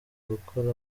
gukora